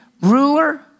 ruler